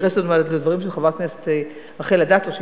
אני מתייחסת לדברים של חברת הכנסת רחל אדטו,